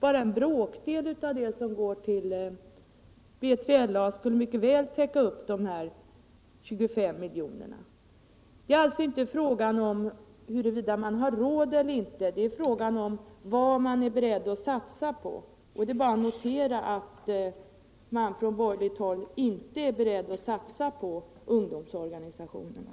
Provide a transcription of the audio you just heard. Bara en bråkdel av det som går till B3LA skulle mycket väl täcka upp de här 25 miljonerna. Det är alltså inte fråga om huruvida man har råd eller inte, utan det är fråga om vad man är beredd att satsa på. Det är bara att notera att man från borgarhåll inte är beredd att satsa på ungdomsorganisationerna.